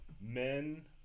men